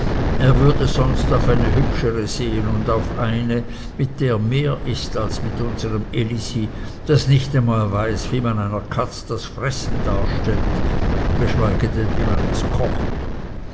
er würde sonst auf eine hübschere sehen und auf eine mit der mehr ist als mit unserem elisi das nicht einmal weiß wie man einer katz das fressen darstellt geschweige denn wie man es kocht